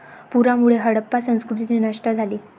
पुरामुळे हडप्पा संस्कृती नष्ट झाली